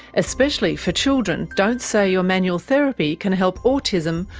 especially for children, don't say your manual therapy can help autism,